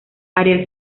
ariel